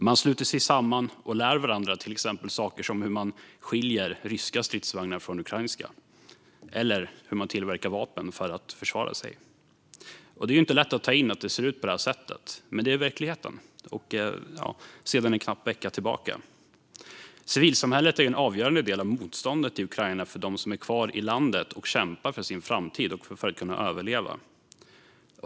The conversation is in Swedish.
Man sluter sig samman och lär varandra saker, till exempel hur man skiljer ryska stridsvagnar från ukrainska eller hur man tillverkar vapen för att försvara sig. Det är inte lätt att ta in att det ser ut på det här sättet, men det är verkligheten sedan knappt en vecka tillbaka. Civilsamhället är en avgörande del av motståndet i Ukraina för dem som är kvar i landet och kämpar för sin framtid och för att kunna överleva.